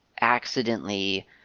accidentally